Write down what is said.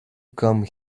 come